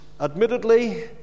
admittedly